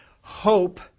Hope